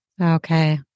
Okay